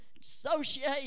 associate